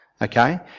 Okay